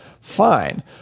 Fine